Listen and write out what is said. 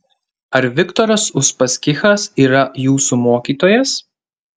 ar viktoras uspaskichas yra jūsų mokytojas